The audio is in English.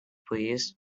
please